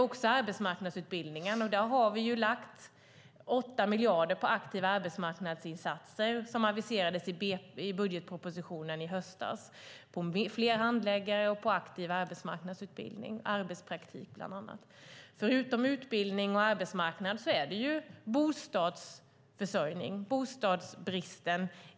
Också arbetsmarknadsutbildningen är viktig. Vi har, som aviserades i budgetpropositionen, lagt 8 miljarder på aktiva arbetsmarknadsinsatser - på fler handläggare och en aktiv arbetsmarknadsutbildning, bland annat arbetspraktik. Förutom utbildning och arbetsmarknad gäller det bostadsförsörjningen och bostadsbristen.